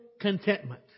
contentment